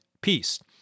peace